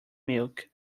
milk